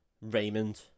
Raymond